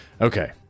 Okay